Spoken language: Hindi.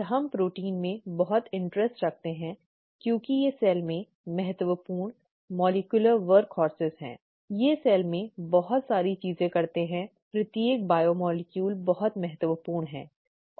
और हम प्रोटीन में बहुत रुचि रखते हैं क्योंकि वे सेल में महत्वपूर्ण आणविक वर्कहॉर्स हैं वे सेल में बहुत सारी चीजें करते हैं प्रत्येक बायोमोलेक्यूल बहुत महत्वपूर्ण है